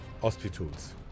hospitals